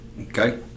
Okay